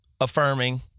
affirming